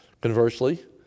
Conversely